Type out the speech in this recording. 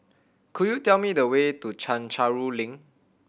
could you tell me the way to Chencharu Link